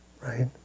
right